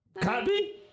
Copy